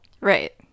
Right